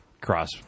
cross